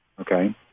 Okay